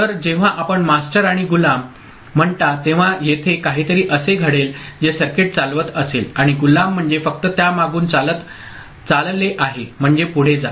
तर जेव्हा आपण मास्टर आणि गुलाम म्हणता तेव्हा येथे काहीतरी असे घडेल जे सर्किट चालवत असेल आणि गुलाम म्हणजे फक्त त्यामागून चालत चालले आहे फक्त पुढे जा